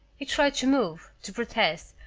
he tried to move, to protest,